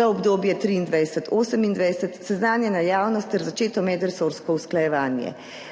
za obdobje 2023-2028 seznanjena javnost ter začeto medresorsko usklajevanje.